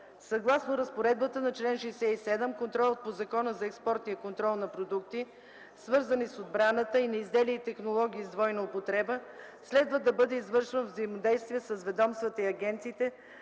Съгласно разпоредбата на чл. 67 контролът по Закона за експортния контрол на продукти, свързани с отбраната, и на изделия и технологии с двойна употреба следва да бъде извършван във взаимодействие с ведомствата и агенциите,